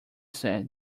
said